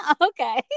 Okay